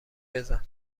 بزن